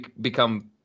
become